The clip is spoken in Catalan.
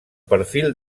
perfil